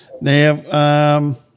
Now –